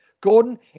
Gordon